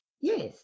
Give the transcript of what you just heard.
Yes